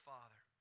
Father